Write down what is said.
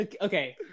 okay